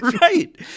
Right